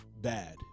bad